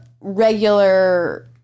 regular